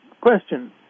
question